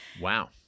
Wow